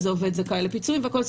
אז העובד זכאי לפיצויים והכול.